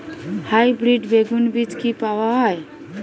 Hybrid বেগুন বীজ কি পাওয়া য়ায়?